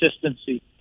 consistency